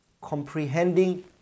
comprehending